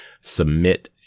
submit